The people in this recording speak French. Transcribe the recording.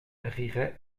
rirait